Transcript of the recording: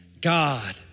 God